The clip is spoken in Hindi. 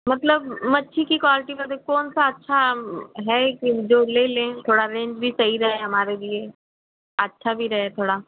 मतलब मच्छी की क्वाल्टी में भी कौन सा अच्छा है कि जो ले लें थोड़ा रेंज भी सही रहे हमारे लिए अच्छा भी रहे थोड़ा